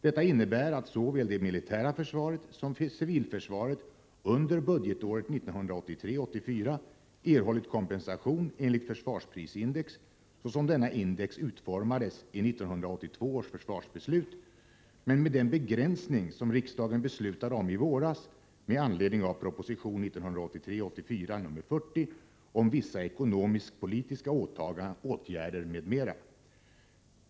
Detta innebär att såväl det militära försvaret som civilförsvaret under budgetåret 1983 84:40 om vissa ekonomisk-politiska åtgärder m.m.